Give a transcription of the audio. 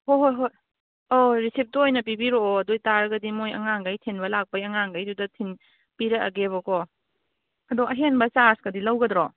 ꯍꯣ ꯍꯣꯏ ꯍꯣꯏ ꯍꯣꯏ ꯔꯤꯁꯤꯞꯇꯣ ꯑꯣꯏꯅ ꯄꯤꯕꯤꯔꯛꯑꯣ ꯑꯗꯨ ꯑꯣꯏꯇꯥꯔꯒꯗꯤ ꯃꯣꯏ ꯑꯉꯥꯡꯒꯩ ꯊꯤꯟꯕ ꯂꯥꯛꯄꯩ ꯑꯉꯥꯡꯒꯩꯗꯨꯗ ꯄꯤꯔꯛꯑꯒꯦꯕꯀꯣ ꯑꯗꯣ ꯑꯍꯦꯟꯕ ꯆꯥꯔꯖꯒꯗꯤ ꯂꯧꯒꯗ꯭ꯔꯣ